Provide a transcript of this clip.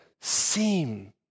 seem